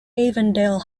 avondale